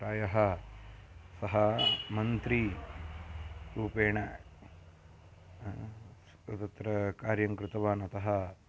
प्रायः सः मन्त्रिरूपेण तत्र तत्र कार्यं कृतवान् अतः